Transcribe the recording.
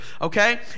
okay